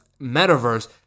metaverse